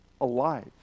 alive